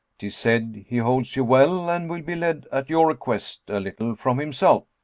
tis said he holds you well and will be led at your request a little from himself.